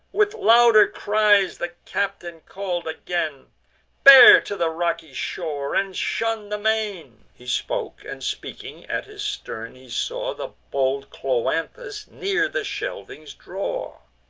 with louder cries the captain call'd again bear to the rocky shore, and shun the main. he spoke, and, speaking, at his stern he saw the bold cloanthus near the shelvings draw.